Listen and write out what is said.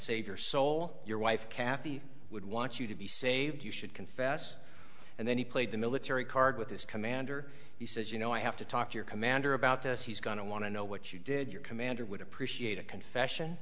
save your soul your wife kathy would want you to be saved you should confess and then he played the military card with this commander he says you know i have to talk to your commander about this he's going to want to know what you did your commander would appreciate a confession